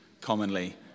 commonly